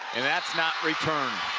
and that's not returned.